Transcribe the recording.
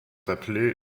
appelés